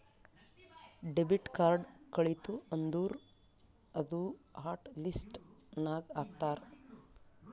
debit card ಕಳಿತು ಅಂದುರ್ ಅದೂ ಹಾಟ್ ಲಿಸ್ಟ್ ನಾಗ್ ಹಾಕ್ತಾರ್